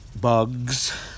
bugs